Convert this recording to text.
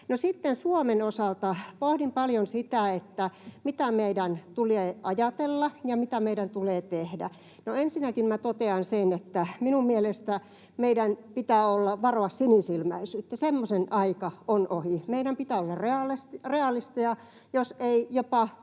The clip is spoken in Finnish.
Suomen osalta pohdin paljon sitä, mitä meidän tulee ajatella ja mitä meidän tulee tehdä. Ensinnäkin totean sen, että minun mielestäni meidän pitää varoa sinisilmäisyyttä — semmoisen aika on ohi. Meidän pitää olla realisteja, jos ei jopa